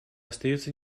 остается